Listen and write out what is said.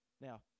Now